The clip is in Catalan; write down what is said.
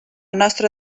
nostra